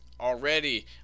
already